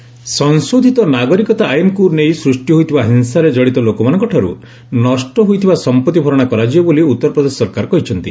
UP protest ସଂଶୋଧିତ ନାଗରିକତା ଆଇନ୍କୁ ନେଇ ସୃଷ୍ଟି ହୋଇଥିବା ହିଂସାରେ ଜଡ଼ିତ ଲୋକମାନଙ୍କଠାର୍ ନଷ୍ଟ ହୋଇଥିବା ସମ୍ପତ୍ତି ଭରଣା କରାଯିବ ବୋଲି ଉତ୍ତରପ୍ରଦେଶ ସରକାର କହିଛନ୍ତି